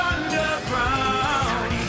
Underground